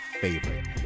favorite